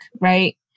right